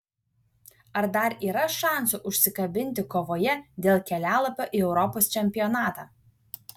ar dar yra šansų užsikabinti kovoje dėl kelialapio į europos čempionatą